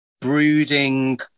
brooding